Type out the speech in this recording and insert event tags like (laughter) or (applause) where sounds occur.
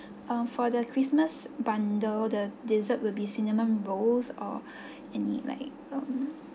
um for the christmas bundle the dessert will be cinnamon rolls or (breath) any like um